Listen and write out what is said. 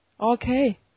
Okay